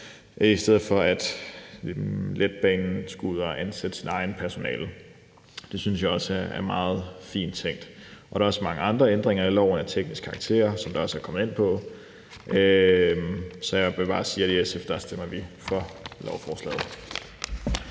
i stedet for at Letbanen skal ud og ansætte sit eget personale. Det synes jeg også er meget fint tænkt. Der er også mange andre ændringer af teknisk karakter i lovforslaget, og de er også blevet omtalt. Så jeg vil bare sige, at vi i SF stemmer for lovforslaget.